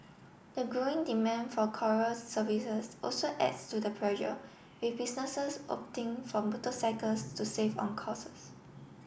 the growing demand for courier services also adds to the pressure with businesses opting for motorcycles to save on costs